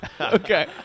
Okay